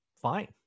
fine